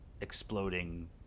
exploding